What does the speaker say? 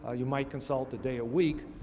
ah you might consult a day a week.